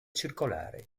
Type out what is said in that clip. circolare